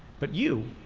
but you,